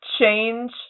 change